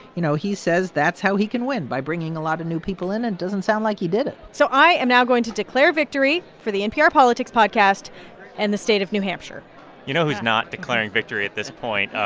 you know, he says that's how he can win by bringing a lot of new people in. and doesn't sound like he did it so i am now going to declare victory for the npr politics podcast and the state of new hampshire you know who's not declaring victory at this point,